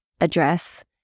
address